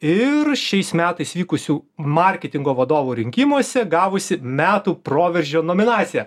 ir šiais metais vykusių marketingo vadovų rinkimuose gavusi metų proveržio nominaciją